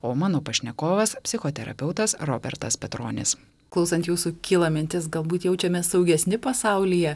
o mano pašnekovas psichoterapeutas robertas petronis klausant jūsų kyla mintis galbūt jaučiamės saugesni pasaulyje